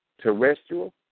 terrestrial